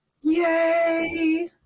Yay